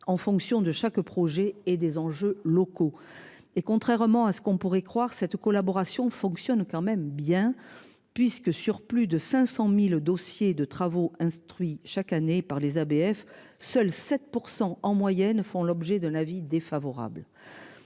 en fonction de chaque projet et des enjeux locaux et contrairement à ce qu'on pourrait croire cette collaboration fonctionne quand même bien puisque, sur plus de 500.000 dossiers de travaux instruit chaque année par les ABF. Seuls 7% en moyenne, font l'objet de l'avis défavorable.